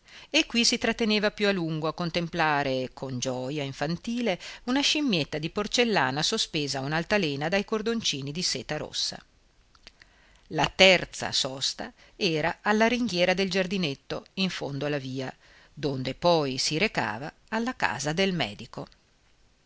e qui si tratteneva più a lungo a contemplare con gioja infantile una scimmietta di porcellana sospesa a un'altalena dai cordoncini di seta rossa la terza sosta era alla ringhiera del giardinetto in fondo alla via donde poi si recava alla casa del medico